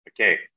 Okay